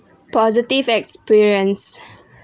positive experience